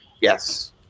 Yes